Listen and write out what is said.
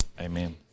amen